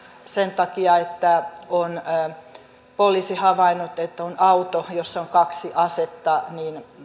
sen takia että poliisi on havainnut että on auto jossa on kaksi asetta